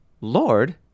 Lord